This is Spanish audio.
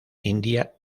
india